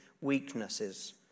weaknesses